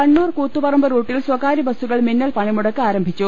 കണ്ണൂർ കൂത്തുപറമ്പ് റൂട്ടിൽ സ്വകാര്യ ബസ്സുകൾ മിന്നൽ പണിമുടക്ക് ആരംഭിച്ചു